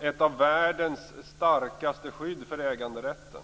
ett av världens starkaste skydd av äganderätten.